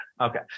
Okay